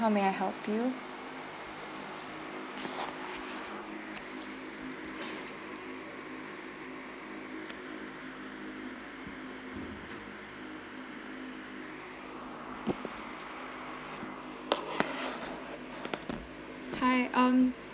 how may I help you hi um